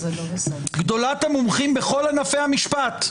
גדולת המומחים בכל ענפי המשפט.